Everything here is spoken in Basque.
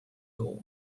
dugu